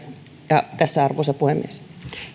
ja valiokunnan puheenjohtajalle tässä kaikki arvoisa puhemies